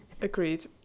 agreed